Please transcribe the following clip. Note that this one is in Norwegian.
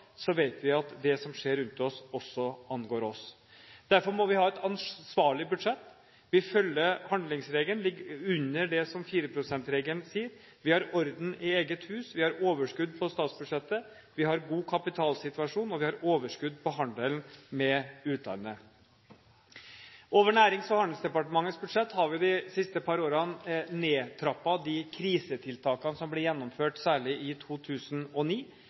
vet vi at det som skjer rundt oss, også angår oss. Derfor må vi ha et ansvarlig budsjett. Vi følger handlingsregelen, vi ligger under det som 4 pst.-regelen sier, vi har orden i eget hus, vi har overskudd på statsbudsjettet, vi har god kapitalsituasjon, og vi har overskudd på handelen med utlandet. Over Nærings- og handelsdepartementets budsjett har vi de siste par årene nedtrappet de krisetiltakene som ble gjennomført, særlig i 2009.